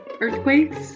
earthquakes